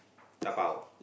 da pao